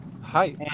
Hi